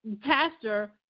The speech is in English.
Pastor